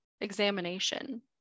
examination